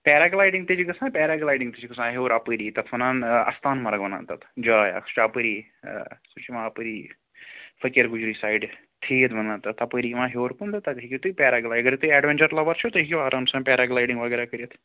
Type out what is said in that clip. para gliding تے چھِ گژھان پٮ۪را گٕلایڈِنٛگ تہِ چھِ گژھان ہیوٚر اَپٲری تَتھ وَنان اَستان مَرٕگ وَنان تَتھ جاے اَکھ سُہ چھِ اَپٲری سُہ چھِ یِوان اَپٲری فٔقیٖرگُجری سایڈٕ تھیٖد وَنان تَتھ تَپٲری یِوان ہیوٚر کُن تہٕ تَتہِ ہیٚکِو تُہۍ پٮ۪را اگر تُہۍ اٮ۪ڈوٮ۪نچَر لَوَر چھُ تُہۍ ہیٚکِو آرام سان پٮ۪را گٕلایڈِنٛگ وغیرہ کٔرِتھ